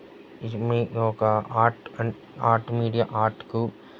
ఈ మీ ఒక ఆర్ట్ అండ్ ఆర్ట్ మీడియా ఆర్ట్కు